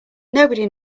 nobody